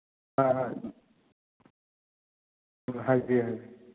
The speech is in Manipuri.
ꯑ ꯑ ꯎꯝ ꯍꯥꯏꯕꯤꯌꯨ